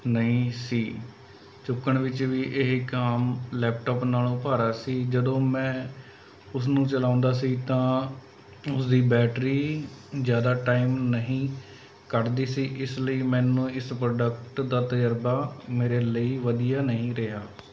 ਨਹੀਂ ਸੀ ਚੁੱਕਣ ਵਿੱਚ ਵੀ ਇਹ ਇੱਕ ਆਮ ਲੈਪਟੋਪ ਨਾਲੋਂ ਭਾਰਾ ਸੀ ਜਦੋਂ ਮੈਂ ਉਸ ਨੂੰ ਚਲਾਉਂਦਾ ਸੀ ਤਾਂ ਉਸਦੀ ਬੈਟਰੀ ਜ਼ਿਆਦਾ ਟਾਇਮ ਨਹੀਂ ਕੱਢਦੀ ਸੀ ਇਸ ਲਈ ਮੈਨੂੰ ਇਸ ਪ੍ਰੋਡਕਟ ਦਾ ਤਜ਼ਰਬਾ ਮੇਰੇ ਲਈ ਵਧੀਆ ਨਹੀਂ ਰਿਹਾ